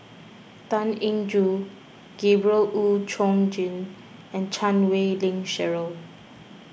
Tan Eng Joo Gabriel Oon Chong Jin and Chan Wei Ling Cheryl